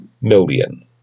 million